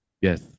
yes